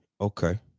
okay